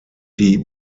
die